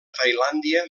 tailàndia